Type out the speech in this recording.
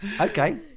okay